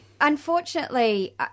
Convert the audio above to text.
Unfortunately